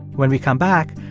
when we come back,